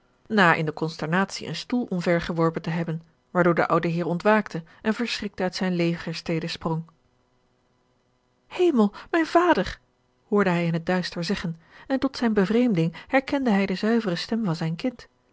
na in de consternatie een stoel omvergeworpen te hebben waardoor de oude heer ontwaakte en verschrikt uit zijne legerstede sprong hemel mijn vader hoorde hij in het duister zeggen en tot zijne bevreemding herkende hij de zuivere stem van zijn kind